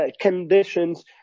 conditions